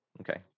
okay